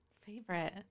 Favorite